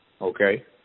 Okay